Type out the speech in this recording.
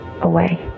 away